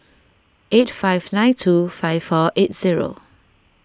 eight five nine two five four eight zero